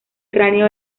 cráneo